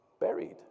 buried